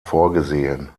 vorgesehen